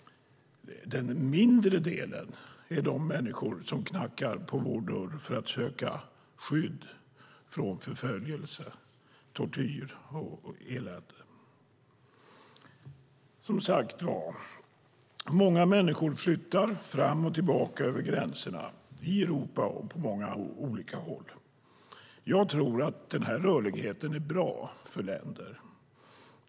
Den mindre delen är de människor som knackar på vår dörr för att söka skydd från förföljelse, tortyr och elände. Många människor flyttar fram och tillbaka över gränserna i Europa och på många olika håll. Jag tror att denna rörlighet är bra för länderna.